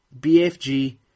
BFG